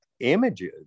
Images